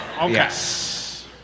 Yes